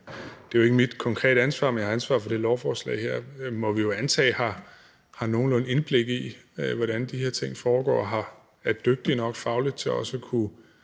det er jo ikke mit konkrete ansvar, men jeg har ansvar for det lovforslag her – må vi antage har nogenlunde indblik i, hvordan de her ting foregår, og er dygtige nok fagligt til også at kunne